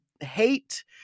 hate